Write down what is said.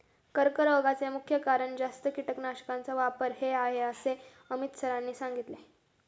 कर्करोगाचे मुख्य कारण जास्त कीटकनाशकांचा वापर हे आहे असे अमित सरांनी सांगितले